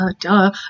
duh